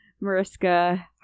mariska